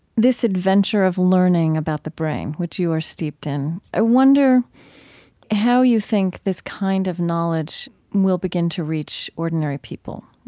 this adventure of learning about the brain, which you are steeped in, i wonder how you think this kind of knowledge will begin to reach ordinary people.